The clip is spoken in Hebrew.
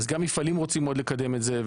אז גם מפעלים רוצים מאוד לקדם את זה,